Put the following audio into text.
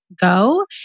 go